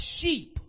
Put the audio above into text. sheep